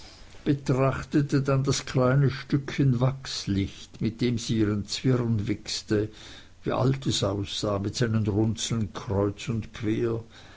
betrachtete dann das kleine stückchen wachslicht mit dem sie ihren zwirn wichste wie alt es aussah mit seinen runzeln kreuz und quer